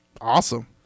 Awesome